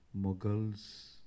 Mughals